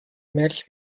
ملک